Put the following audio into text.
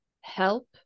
help